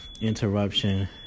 interruption